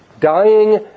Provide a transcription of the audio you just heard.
dying